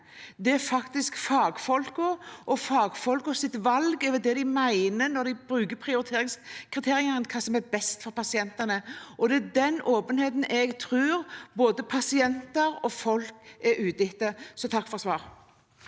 det skal faktisk være fagfolkene og fagfolkenes valg, eller det de – når de bruker prioriteringskriteriene – mener er best for pasientene. Det er den åpenheten jeg tror både pasienter og folk er ute etter, så takk for svaret.